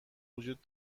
وجود